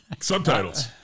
Subtitles